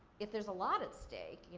if there's a lot at stake,